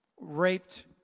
raped